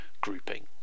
grouping